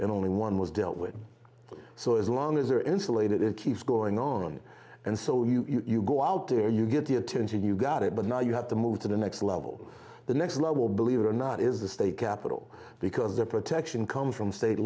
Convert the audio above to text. and only one was dealt with so as long as they are insulated it keeps going on and so you go out there you get the attention you got it but now you have to move to the next level the next level believe it or not is the state capital because the protection come from state